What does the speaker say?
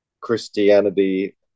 Christianity